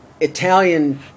Italian